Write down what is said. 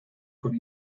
con